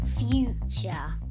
future